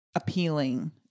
appealing